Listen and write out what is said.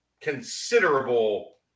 considerable